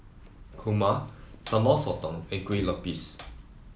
Kurma Sambal Sotong and Kueh Lupis